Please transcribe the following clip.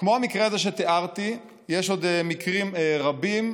כמו המקרה הזה שתיארתי יש עוד מקרים רבים,